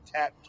Tap